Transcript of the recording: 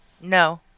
No